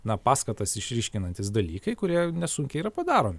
na paskatas išryškinantys dalykai kurie nesunkiai yra padaromi